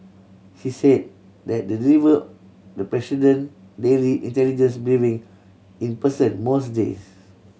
he's said that the deliver the president daily intelligence briefing in person most days